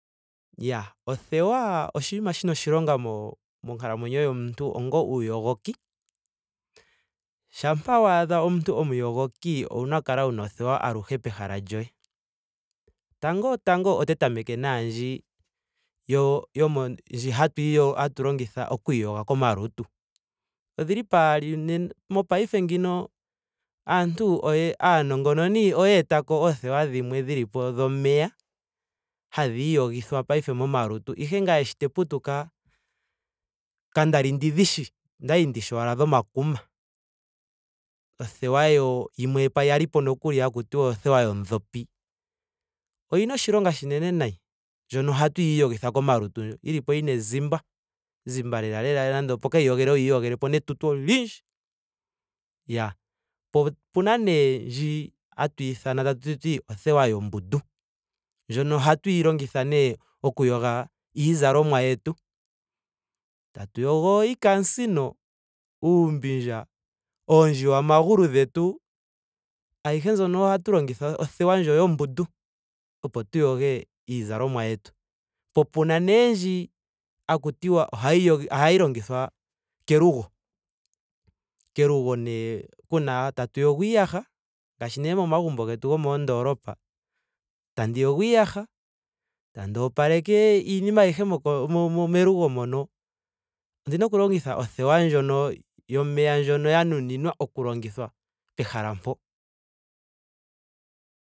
Iyaa othewa oshinima shina oshilonga mo- monakalamwenyo yomuntu onga uuyogoki. Shampa waadha omuntu omuyogoki owuna oku kala wuna othewa aluhe pehala lyoye. Tango tango ote tameke naandji yo- yo- ndji hatu iyogo ndji hatu longitha oku iyoga komalutu. Odhili paali. Mopaife ngeyi aantu aanongononi oyeetako oothewa dhimwe dhilipo dhomeya hadhi iyogithwa paife momalutu. Ihe ngame sho te putuka kandali ndi dhi shi. Okwali ndishi owala dhomakuma. Othewa yo- yimwe yalipo nokuli haku tiwa othewa yondhopi. Oyina oshilonga shinene nayi. Ndjono ohatu yi iyogitha komalutu, yinapo yina ezimba. ezimba lela lela nenge opokayiyogelo wa iyogelepo netutu olundji. Iyaa. Po opena nee ndji hatu ithana tatuti othewa yombundu. Ndjono ohatuyi longitha nee oku yoga iizalomwa yetu. tatu yogo iikamusino. uumbindja. oondjiwamagulu dhetu. ayihe mbyono ohatu longitha othewa ndjo yombundu, opo tu yoge iizaloma yetu. Po pena nee ndji haku tiwa ohayi yogitha ohayi longithwa kelugo. Kelugo nee kuna tatu yogo iiyaha. ngaashi nee momagumbo getu gomoondolopa. tandi yogo iiyaha. tandi opaleke iinima ayihe moko melugo mo- mo melugo mono. ondina oku longitha othewa ndjono yomeya ndjono ya nuninwa oku longithwa pehala mpo.